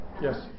yes